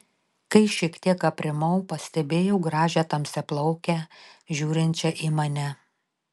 kai šiek tiek aprimau pastebėjau gražią tamsiaplaukę žiūrinčią į mane